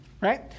right